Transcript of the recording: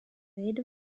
rede